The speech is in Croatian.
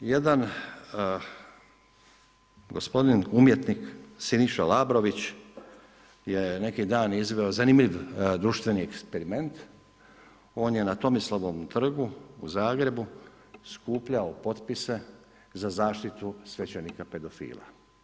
Jedan gospodin umjetnik Siniša Labrović je neki dan izveo zanimljiv eksperiment, on je na Tomislavovom trgu u Zagrebu skupljao potpise za zaštitu svećenika pedofila.